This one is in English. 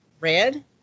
red